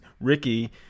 ricky